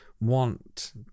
want